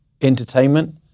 entertainment